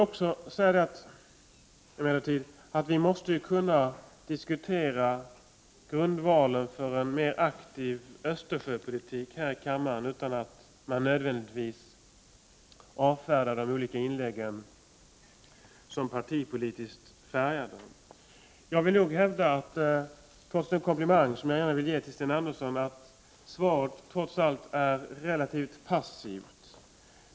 Vi måste emellertid här i kammaren kunna diskutera grundvalen för en mer aktiv Östersjöpolitik utan att man avfärdar de olika inläggen som partipolitiskt färgade. 57 Jag vill nog hävda, trots den eloge som jag gärna vill ge Sten Andersson, att svaret är relativt passivt.